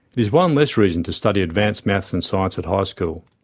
it is one less reason to study advanced maths and science at high school.